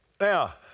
Now